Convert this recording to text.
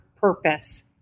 purpose